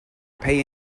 pay